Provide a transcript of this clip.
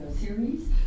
series